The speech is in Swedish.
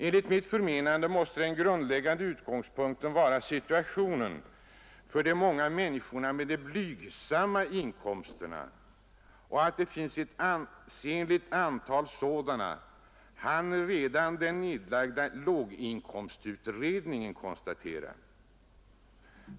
Enligt mitt förmenande måste den grundläggande utgångspunkten vara situationen för de många människorna med de blygsamma inkomsterna. Och att det finns ett ansenligt antal sådana hann redan den nedlagda låginkomstutredningen konstatera.